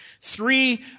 Three